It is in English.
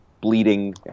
bleeding